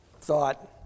thought